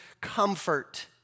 comfort